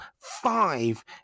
five